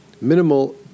minimal